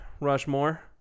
Rushmore